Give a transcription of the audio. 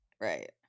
right